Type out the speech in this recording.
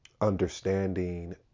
understanding